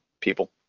people